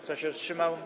Kto się wstrzymał?